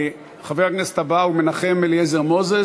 חבר הכנסת הבא הוא מנחם אליעזר מוזס.